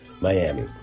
Miami